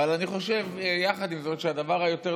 אבל יחד עם זאת אני חושב שהדבר היותר-נכון